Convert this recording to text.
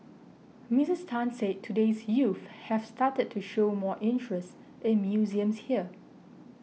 Miss Tan said today's youth have started to show more interest in museums here